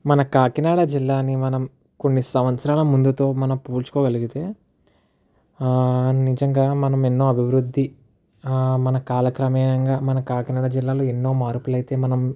మన కాకినాడ జిల్లాని మనం కొన్ని సంవత్సరాల ముందుతో మనం పోల్చుకోగలిగితే నిజంగా మనం ఎన్నో అభివృద్ధి మన కాలక్రమేయంగా మన కాకినాడ జిల్లాలో ఎన్నో మార్పులు అయితే మనం